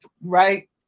right